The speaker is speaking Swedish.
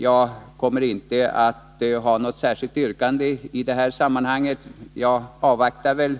Jag kommer inte att ställa något särskilt yrkande i detta sammanhang. Jag avvaktar väl